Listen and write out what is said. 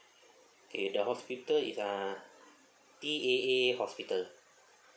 okay the hospital is uh T A A hospital